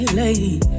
late